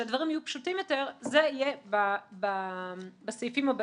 שהדברים יהיו פשוטים יותר, זה יהיה בסעיפים הבאים.